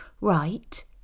right